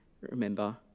remember